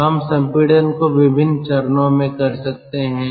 तो हम संपीड़न को विभिन्न चरणों में कर सकते हैं